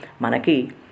manaki